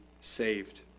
saved